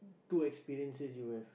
two experiences you have